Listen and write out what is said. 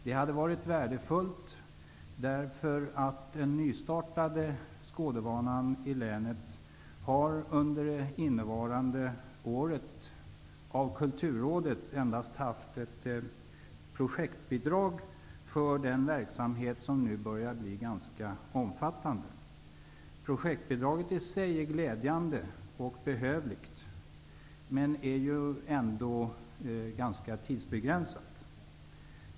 Det hade varit värdefullt, eftersom den nystartade skådebanan i Kulturrådet endast har erhållit ett projektbidrag för sin verksamhet, som nu börjar bli ganska omfattande. Projektbidraget är i sig glädjande och behövligt, men är ju tidsbegränsat.